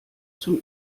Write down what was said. zum